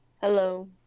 Hello